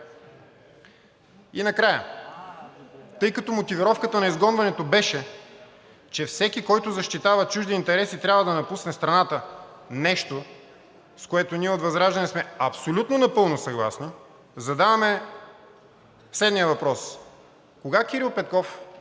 И накрая, тъй като мотивировката на изгонването беше, че всеки, който защитава чужди интереси, трябва да напусне страната – нещо, с което ние от ВЪЗРАЖДАНЕ сме абсолютно напълно съгласни, задаваме следния въпрос: кога Кирил Петков